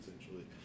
essentially